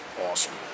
Awesome